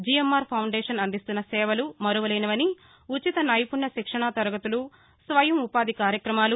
GMR foundation అందిస్తున్న సేవలు మరువలేనివని ఉచిత నైపుణ్య శిక్షణాతరగతులు స్వయంఉ పాధి కార్యక్రమాలు